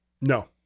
No